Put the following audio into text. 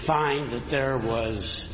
find that there was